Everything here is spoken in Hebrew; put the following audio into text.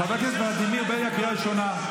חבר הכנסת ולדימיר בליאק, קריאה ראשונה.